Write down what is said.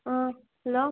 ꯑꯥ hello